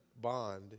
bond